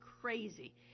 crazy